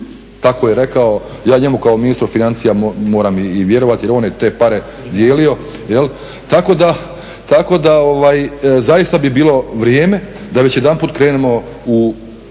Tako je rekao. Ja njemu kao ministru financija moram i vjerovati, jer on je te pare dijelio, tako da zaista bi bilo vrijeme da već jedanput krenemo u